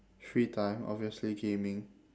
free time obviously gaming